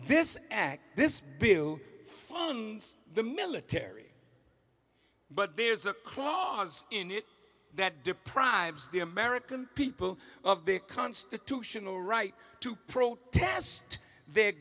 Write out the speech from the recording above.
this act this bill funds the military but there's a clause in it that deprives the american people of their constitutional right to protest their